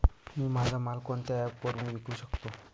मी माझा माल कोणत्या ॲप वरुन विकू शकतो?